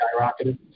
skyrocketed